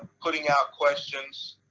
putting out questions,